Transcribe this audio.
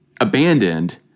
Abandoned